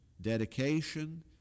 dedication